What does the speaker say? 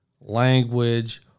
language